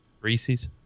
Reese's